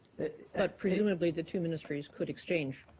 ah presumably, the two ministries could exchange